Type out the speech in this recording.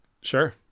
Sure